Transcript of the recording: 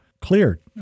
cleared